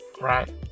right